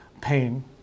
pain